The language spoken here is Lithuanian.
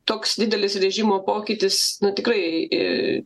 toks didelis režimo pokytis na tikrai